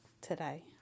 today